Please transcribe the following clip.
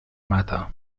mata